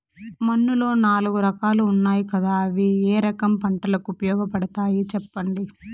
మన్నులో నాలుగు రకాలు ఉన్నాయి కదా అవి ఏ రకం పంటలకు ఉపయోగపడతాయి చెప్పండి?